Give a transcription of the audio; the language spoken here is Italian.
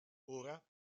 ora